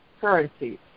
currencies